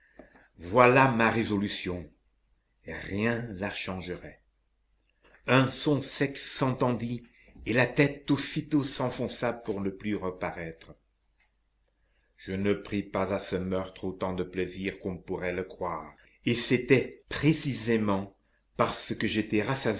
voilà ma résolution rien ne la changerait un son sec s'entendit et la tête aussitôt s'enfonça pour ne plus reparaître je ne pris pas à ce meurtre autant de plaisir qu'on pourrait le croire et c'était précisément parce que j'étais rassasié